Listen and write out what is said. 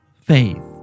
faith